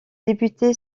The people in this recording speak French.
député